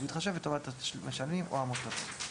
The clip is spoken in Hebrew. ובהתחשב בטובת המשלמים או המוטבים.